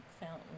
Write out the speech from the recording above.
fountain